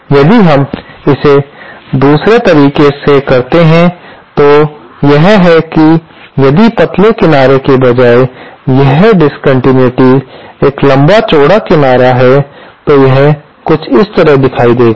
यदि हम इसे दूसरे तरीके से करते हैं तो यह है कि यदि पतले किनारे के बजाय यह डिस्कन्टिन्यूइटीएस एक लंबा चौड़ा किनारा है तो यह कुछ इस तरह दिखाई देगा